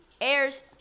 airs